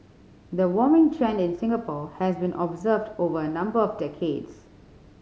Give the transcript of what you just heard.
the warming trend in Singapore has been observed over a number of decades